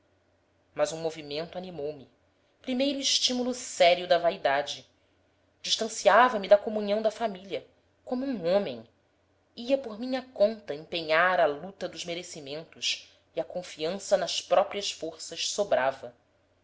mas um movimento animou me primeiro estímulo sério da vaidade distanciava me da comunhão da família como um homem ia por minha conta empenhar a luta dos merecimentos e a confiança nas próprias forças sobrava